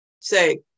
say